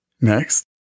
next